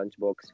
Lunchbox